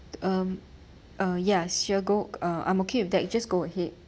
um uh ya sure go uh I'm okay with that just go ahead